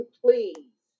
please